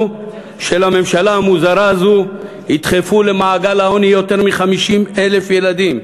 של הממשלה המוזרה הזאת ידחפו למעגל העוני יותר מ-50,000 ילדים.